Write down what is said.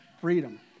freedom